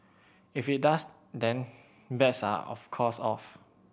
if it does then bets are of course off